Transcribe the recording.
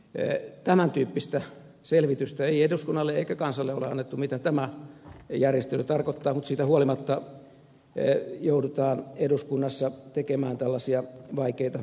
tämän tyyppistä selvitystä ei eduskunnalle eikä kansalle ole annettu mitä tämä järjestely tarkoittaa mutta siitä huolimatta joudutaan eduskunnassa tekemään tällaisia vaikeita ratkaisuja